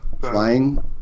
Flying